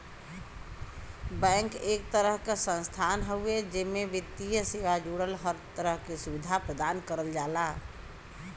bank एक तरह क संस्थान हउवे जेमे वित्तीय सेवा जुड़ल हर तरह क सुविधा प्रदान करल जाला